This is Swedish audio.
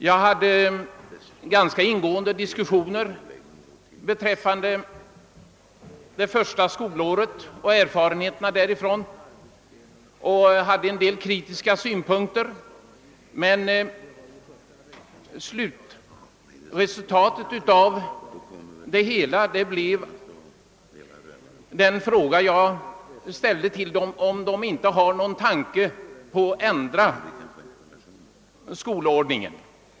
Jag hade ganska ingående diskussioner beträffande det första skolåret och erfarenheterna därifrån och framförde en del kritiska synpunkter, men slutresultatet av det hela blev den fråga jag ställde till dem — om de inte har någon tanke på att ändra skolordningen.